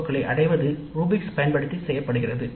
ஓக்களை அடைவது ரூபிக்ஸ் பயன்படுத்தி செய்யப்படுகிறது